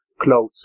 clothes